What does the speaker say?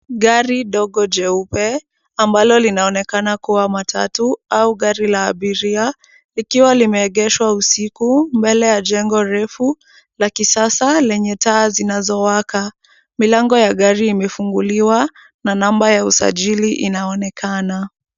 Gari dogo jeupe ambalo linaonekana kuwa matatu au gari la abiria likiwa limeegeshwa usiku mbele ya jengo refu la kisasa lenye taa zinazowaka. Milango ya gari imefunguliwa na namba ya usajili inaonekana.